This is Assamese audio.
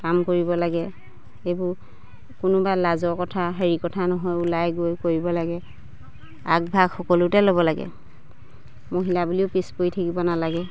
কাম কৰিব লাগে এইবোৰ কোনোবা লাজৰ কথা হেৰি কথা নহয় ওলাই গৈ কৰিব লাগে আগভাগ সকলোতে ল'ব লাগে মহিলা বুলিও পিছ পৰি থাকিব নালাগে